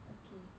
okay